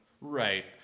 Right